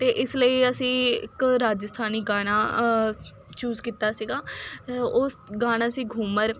ਅਤੇ ਇਸ ਲਈ ਅਸੀਂ ਇੱਕ ਰਾਜਸਥਾਨੀ ਗਾਨਾ ਚੂਜ਼ ਕੀਤਾ ਸੀਗਾ ਉਹ ਗਾਣਾ ਸੀ ਘੂਮਰ